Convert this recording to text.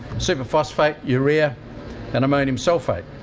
superphosphate, urea and ammonium sulphate.